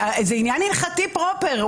זה עניין הלכתי פרופר,